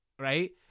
Right